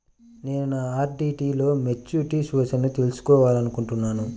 నేను నా ఆర్.డీ లో మెచ్యూరిటీ సూచనలను తెలుసుకోవాలనుకుంటున్నాను